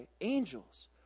angels